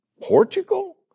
Portugal